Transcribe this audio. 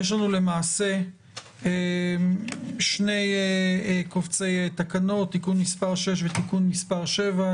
יש לנו למעשה שני קבצי תקנות: תיקון מס' 6 ותיקון מס' 7,